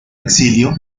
exilio